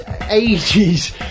ages